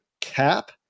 cap